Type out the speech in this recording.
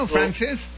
Francis